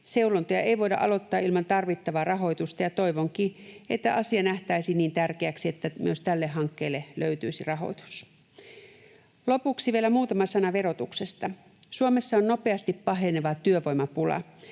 Seulontoja ei voida aloittaa ilman tarvittavaa rahoitusta, ja toivonkin, että asia nähtäisiin niin tärkeäksi, että myös tälle hankkeelle löytyisi rahoitus. Lopuksi vielä muutama sana verotuksesta. Suomessa on nopeasti paheneva työvoimapula.